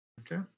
Okay